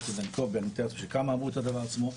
אני מתאר לעצמי שכמה אמרו את הדבר עצמו,